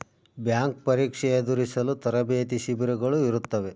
bank ಪರೀಕ್ಷೆ ಎದುರಿಸಲು ತರಬೇತಿ ಶಿಬಿರಗಳು ಇರುತ್ತವೆ